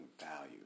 value